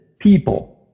People